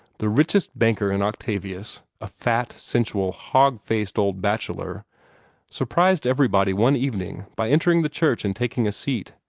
the richest banker in octavius a fat, sensual, hog-faced old bachelor surprised everybody one evening by entering the church and taking a seat.